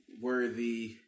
Worthy